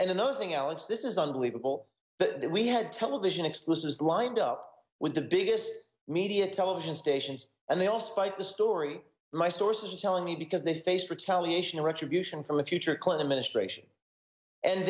another thing alex this is unbelievable but then we had television exposes lined up with the biggest media television stations and they all spiked the story my sources are telling me because they faced retaliation retribution from a future clinton ministration and